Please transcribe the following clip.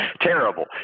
terrible